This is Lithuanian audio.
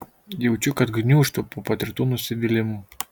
jaučiu kad gniūžtu po patirtų nusivylimų